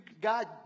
God